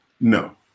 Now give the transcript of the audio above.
No